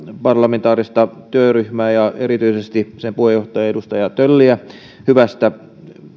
parlamentaarista työryhmää ja erityisesti sen puheenjohtajaa edustaja tölliä hyvästä